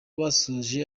basoje